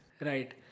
right